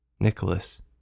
Nicholas